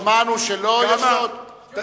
זה מרתק.